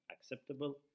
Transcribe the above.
acceptable